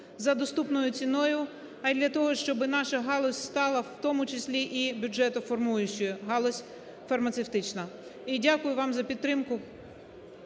за доступною ціною, а і для того, щоб наша галузь стала, в тому числі і бюджетоформуючою – галузь фармацевтична. І дякую вам за підтримку.